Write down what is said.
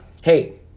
hey